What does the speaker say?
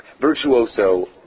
virtuoso